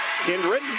Kindred